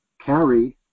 carry